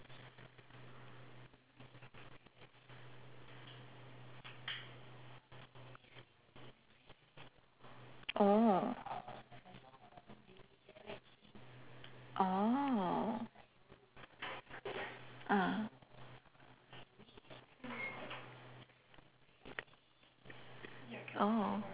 oh oh ah oh